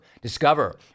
Discover